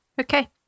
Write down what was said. Okay